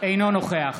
אינו נוכח